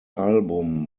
album